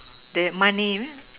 the money